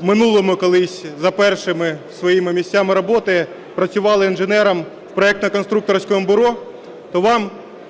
в минулому колись за першими своїми місцями роботи працювали інженером в проектно-конструкторському бюро, то вам